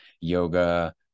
yoga